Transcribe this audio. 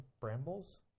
Brambles